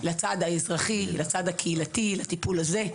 לצד האזרחי והקהילתי לטיפול הזה,